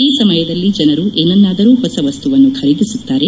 ಈ ಸಮಯದಲ್ಲಿ ಜನರು ಏನನ್ವಾದರೂ ಹೊಸ ವಸ್ತುವನ್ನು ಖರೀದಿಸುತ್ತಾರೆ